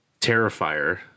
Terrifier